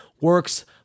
works